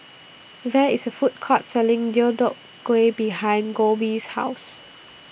There IS A Food Court Selling Deodeok Gui behind Kolby's House